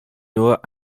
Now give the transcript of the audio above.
nur